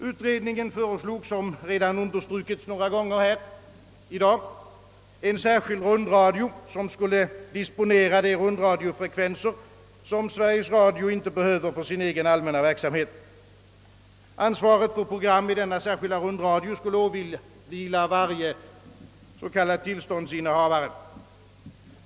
Utredningen föreslog, som redan understrukits några gånger här i dag, en särskild rundradio, som skulle disponera de rundradiofrekvenser, vilka Sveriges Radio inte behöver för sin egen allmänna verksamhet. Ansvaret för program i denna särskilda rundradio skulle åvila varje s.k. tillståndsinnehavare.